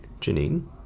Janine